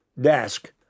desk